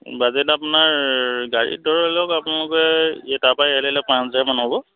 budget আপোনাৰ গাড়ীত ধৰি লওক আপোনালোকে এই তাৰপৰা ইয়ালৈ আহিলে পাঁচ হাজাৰমান হ'ব